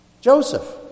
Joseph